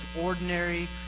ordinary